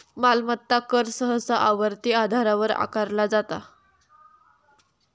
मालमत्ता कर सहसा आवर्ती आधारावर आकारला जाता